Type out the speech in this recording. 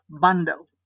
bundle